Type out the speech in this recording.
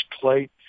plate